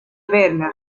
berna